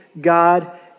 God